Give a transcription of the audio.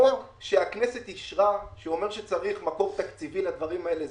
החוק שהכנסת אישרה שאומר שצריך מקור תקציבי לדברים האלה.